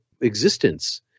existence